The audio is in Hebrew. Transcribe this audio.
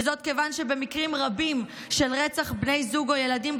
וזאת כיוון שבמקרים רבים של רצח בני זוג או ילדים,